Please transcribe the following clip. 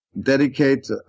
dedicate